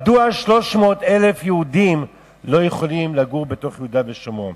מדוע 300,000 יהודים לא יכולים לגור ביהודה ושומרון?